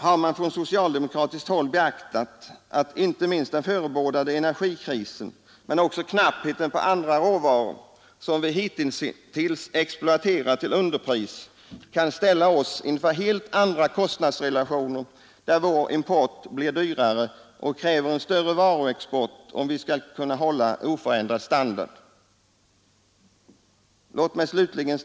Har man från socialdemokratiskt håll beaktat, att inte minst den förebådade energikrisen men också knappheten på andra råvaror, som vi hittills exploaterat till underpris, kan ställa oss inför helt andra kostnadsrelationer, där vår import blir dyrare och kräver en större varuexport om vi skall kunna hålla en oförändrad standard?